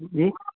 जी